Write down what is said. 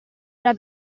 era